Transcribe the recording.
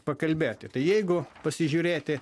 pakalbėti tai jeigu pasižiūrėti